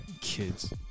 kids